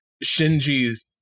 Shinji's